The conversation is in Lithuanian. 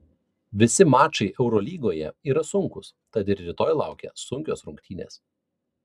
visi mačai eurolygoje yra sunkūs tad ir rytoj laukia sunkios rungtynės